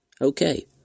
Okay